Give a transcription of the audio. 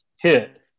hit